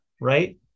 right